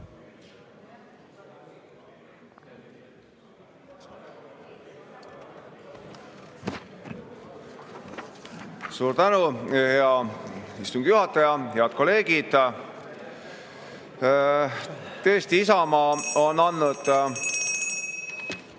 Suur tänu, hea istungi juhataja! Head kolleegid! Tõesti, Isamaa on andnud ...